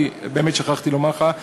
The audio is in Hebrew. באמת שכחתי לומר לך,